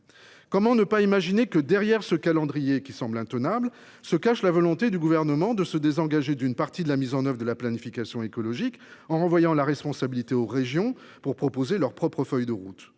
Comment ne pas imaginer que derrière ce calendrier intenable se cache la volonté du Gouvernement de se désengager d’une partie de la mise en œuvre de la planification écologique en renvoyant aux régions la responsabilité de proposer leur propre feuille de route ?